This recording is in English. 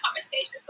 conversations